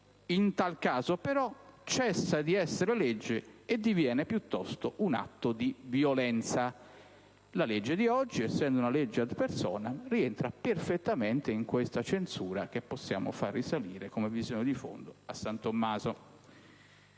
in tal caso però cessa di essere legge e diviene piuttosto un atto di violenza». La legge di oggi, essendo una legge *ad personam,* rientra perfettamente in questa censura che possiamo far risalire, come visione di fondo, a San Tommaso.